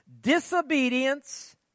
Disobedience